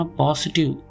positive